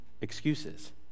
excuses